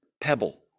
pebble